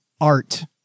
Art